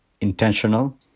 intentional